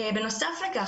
בנוסף לכך,